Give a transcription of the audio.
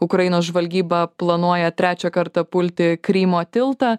ukrainos žvalgyba planuoja trečią kartą pulti krymo tiltą